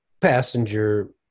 passenger